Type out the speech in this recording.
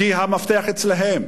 כי המפתח אצלם.